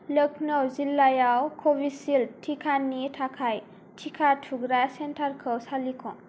लोख्नौ जिल्लायाव कविसिल्द टिकानि थाखाय टिका थुग्रा सेन्टारखौ सालिख'